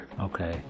Okay